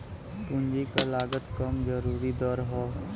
पूंजी क लागत कम जरूरी दर हौ